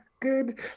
good